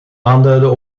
aanduiden